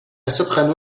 soprano